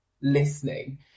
listening